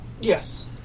Yes